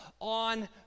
on